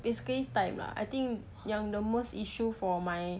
basically time lah I think yang the most issue for my